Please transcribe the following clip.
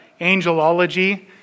angelology